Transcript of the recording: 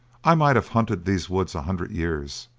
i might have hunted these woods a hundred years,